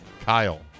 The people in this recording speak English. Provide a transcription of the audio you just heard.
Kyle